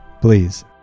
Please